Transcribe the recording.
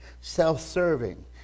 self-serving